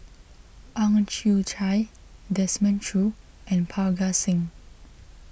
Ang Chwee Chai Desmond Choo and Parga Singh